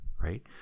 right